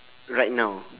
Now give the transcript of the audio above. right now ah